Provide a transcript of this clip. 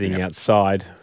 outside